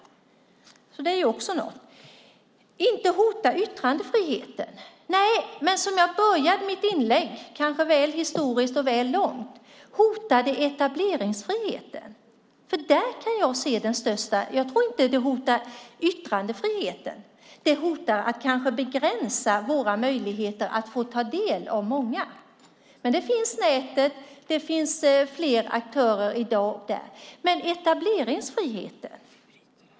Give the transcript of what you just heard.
Sedan gällde det detta med att det inte hotar yttrandefriheten. Nej, men jag började mitt inlägg, som kanske var väl historiskt och väl långt, med att tala om att det hotade etableringsfriheten. Jag tror inte att det hotar yttrandefriheten. Det kanske begränsar våra möjligheter att ta del av många. Men nätet finns. Där finns det fler aktörer i dag. Men jag tänker på etableringsfriheten.